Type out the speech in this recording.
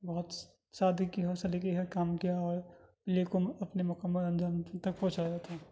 بہت سادگی اور سلیقے کے ساتھ کام کیا اور لیکن اپنے مکمل انجام کی طرف تک پہنچایا تھا